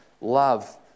love